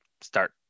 start